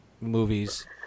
movies